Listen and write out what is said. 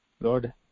Lord